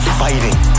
fighting